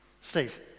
steve